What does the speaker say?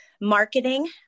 marketing